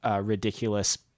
ridiculous